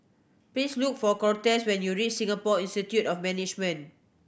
please look for Cortez when you reach Singapore Institute of Management